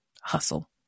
hustle